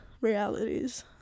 realities